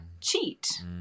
cheat